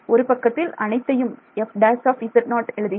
ஒரு பக்கத்தில் அனைத்தையும் f′ எழுதுகிறேன்